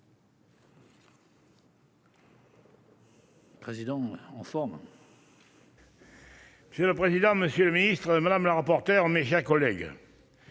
Président en forme. J'ai le président monsieur le ministre madame la rapporteure, mes chers collègues.